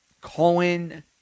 Cohen